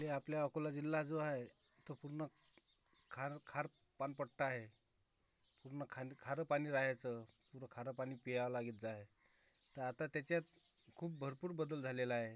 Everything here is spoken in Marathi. हे आपल्या अकोला जिल्हा जो आहे तो पूर्ण खार् खार पान पट्टा आहे मग खा खारं पाणी राहायचं खारं पाणी प्यायला येत जाय तर आता त्याच्यात खूप भरपूर बदल झालेला आहे